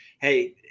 hey